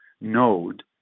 node